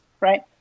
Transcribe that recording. right